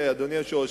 אדוני היושב-ראש.